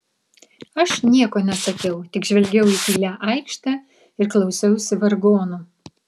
aš nieko nesakiau tik žvelgiau į tylią aikštę ir klausiausi vargonų